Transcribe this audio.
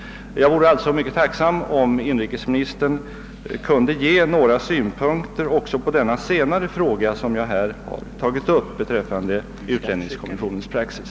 Jag vore mycket tacksam, om inrikesministern kunde anlägga några synpunkter också på denna senare fråga som jag här tagit upp beträffande utlänningskommissionens praxis.